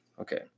Okay